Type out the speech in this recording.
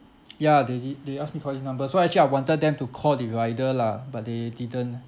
ya they did they ask me call this numbers so actually I wanted them to call the rider lah but they didn't